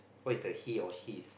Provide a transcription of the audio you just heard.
why is the he or his